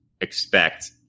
expect